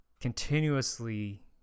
continuously